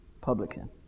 publican